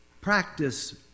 practice